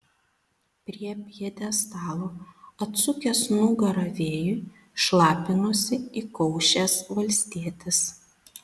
prie pjedestalo atsukęs nugarą vėjui šlapinosi įkaušęs valstietis